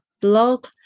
blog